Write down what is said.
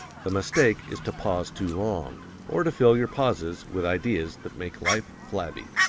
the mistake is to pause too long, or to fill your pauses with ideas that make life flabby.